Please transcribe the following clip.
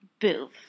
boof